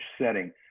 setting